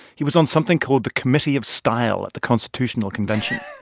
he was on something called the committee of style at the constitutional convention